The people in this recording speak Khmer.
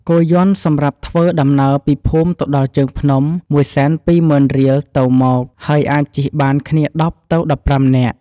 គោយន្តសម្រាប់ធ្វើដំណើរពីភូមិទៅដល់ជើងភ្នំ ១២០,០០០រៀល (ទៅមក) ហើយអាចជិះបានគ្នា១០ទៅ១៥នាក់។